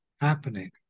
happening